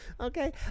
okay